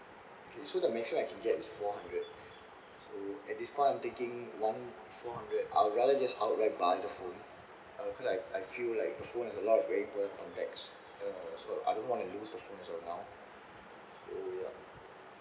okay so the maximum I can get is four hundred so at this point I'm thinking one four hundred I'll rather just outright buy the phone uh cause I I feel like the phone has a lot of very important contacts you know so I don't wanna lose the phone as of now so yup